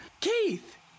Keith